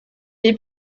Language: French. est